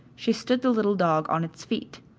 she stood the little dog on its feet.